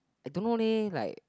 I don't know leh like